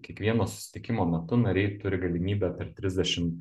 kiekvieno susitikimo metu nariai turi galimybę per trisdešim